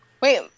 Wait